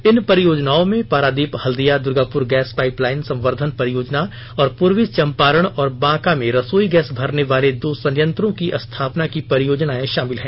इन परियोजनाओं में Paradip Haldia Durgapur gas pipeline संवर्धन परियोजना और पूर्वी चम्पारण और बांका में रसोई गैस भरने वाले दो संयंत्रों की स्थापना की परियोजनाए शामिल हैं